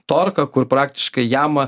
torką kur praktiškai jam